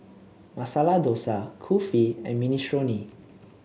Masala Dosa Kulfi and Minestrone